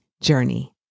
journey